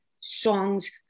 songs